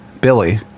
Billy